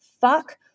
fuck